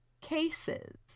cases